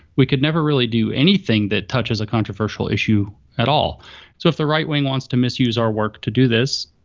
we could never really do anything that touches a controversial issue at all. so if the right wing wants to misuse our work to do this,